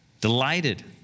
delighted